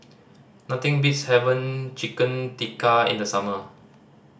nothing beats haven Chicken Tikka in the summer